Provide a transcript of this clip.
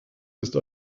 ist